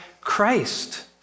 Christ